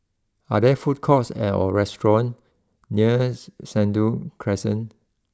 are there food courts or restaurants near Sentul Crescent